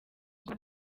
ngo